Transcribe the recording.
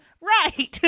right